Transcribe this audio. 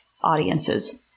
audiences